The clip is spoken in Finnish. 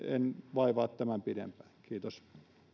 vaivaa tämän pidempään kiitos